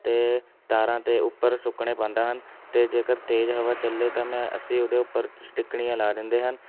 ਅਤੇ ਤਾਰਾਂ 'ਤੇ ਉੱਪਰ ਸੁੱਕਣੇ ਪਾਉਂਦਾ ਹਨ ਅਤੇ ਜੇਕਰ ਤੇਜ਼ ਹਵਾ ਚੱਲੇ ਤਾਂ ਮੈਂ ਅਸੀਂ ਉਹਦੇ ਉੱਪਰ ਸਟਿੱਕਣੀਆਂ ਲਾ ਦਿੰਦੇ ਹਨ